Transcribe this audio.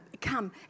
come